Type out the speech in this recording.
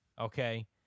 Okay